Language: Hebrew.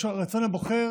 רצון הבוחר